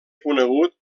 conegut